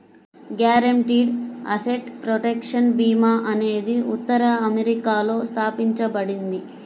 guaranteed asset protection భీమా అనేది ఉత్తర అమెరికాలో స్థాపించబడింది